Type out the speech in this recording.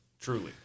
Truly